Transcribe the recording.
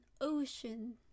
ocean